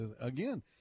again